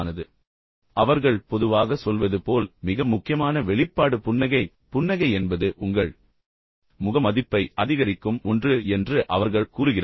எனவே அவர்கள் பொதுவாக சொல்வது போல் மிக முக்கியமான வெளிப்பாடு புன்னகை எனவே புன்னகை என்பது உங்கள் முக மதிப்பை அதிகரிக்கும் ஒன்று என்று அவர்கள் கூறுகிறார்கள்